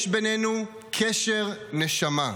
יש בינינו קשר נשמה.